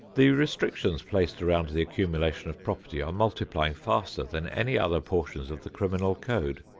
the restrictions placed around the accumulation of property are multiplying faster than any other portions of the criminal code.